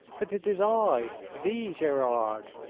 but it is i, the gerard,